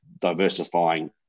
diversifying